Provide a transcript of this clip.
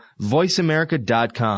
voiceamerica.com